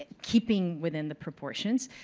keeping within the proportions,